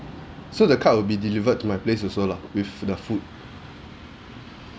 so the card will be delivered to my place also lah with the food